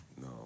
no